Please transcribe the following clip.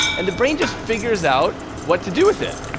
and the brain just figures out what to do with it.